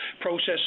process